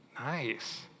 Nice